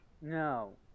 No